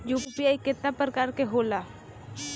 UPI केतना प्रकार के होला?